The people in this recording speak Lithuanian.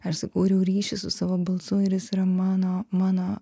aš sukūriau ryšį su savo balsu ir jis yra mano mano